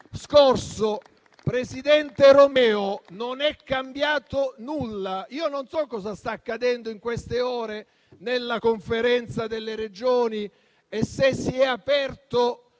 Presidente Romeo, non è cambiato nulla. Io non so cosa sta accadendo in queste ore nella Conferenza Stato-Regioni e se si è aperto